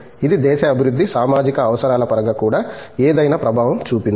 ఇది దేశ అభివృద్ధి సామాజిక అవసరాల పరంగా కూడా ఏదయినా ప్రభావం చూపిందా